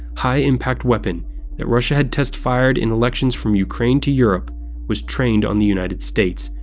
high-impact weapon that russia had test-fired in elections from ukraine to europe was trained on the united states,